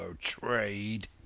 trade